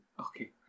Okay